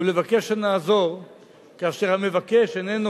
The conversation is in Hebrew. ולבקש שנעזור כאשר המבקש איננו,